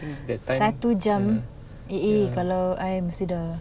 that time mm ya